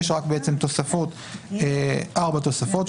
יש ארבע תוספות,